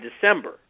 December